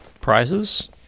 prizes